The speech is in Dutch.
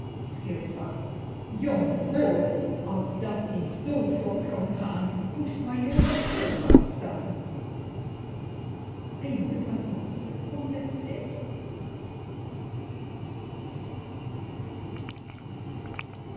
jongen hoor als dat eens zoo vlot kon gaan moest majoor op schildwacht staan